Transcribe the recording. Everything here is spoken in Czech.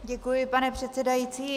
Děkuji, pane předsedající.